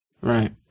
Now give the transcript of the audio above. Right